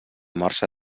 marxa